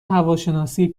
هواشناسی